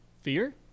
Fear